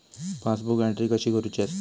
Passbook entry कशी करुची असता?